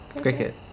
Cricket